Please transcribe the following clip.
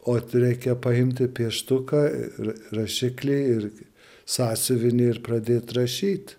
ot reikia paimti pieštuką ir rašiklį irgi sąsiuvinį ir pradėt rašyt